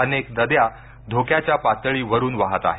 अनेक नद्या धोक्याच्या पातळीवरून वाहत आहेत